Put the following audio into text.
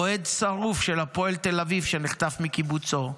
אוהד שרוף של הפועל תל אביב, שנחטף מקיבוצו,